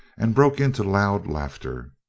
and broke into loud laughter.